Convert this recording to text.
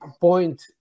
point